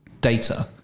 data